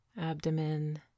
abdomen